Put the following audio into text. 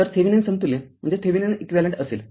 तरथेविनिन समतुल्य r असेल